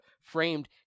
framed